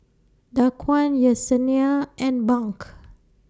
Daquan Yessenia and Bunk